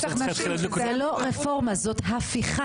זאת לא רפורמה, זאת הפיכה.